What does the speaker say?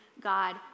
God